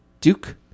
Duke